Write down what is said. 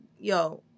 yo